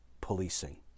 policing